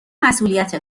مسئولیت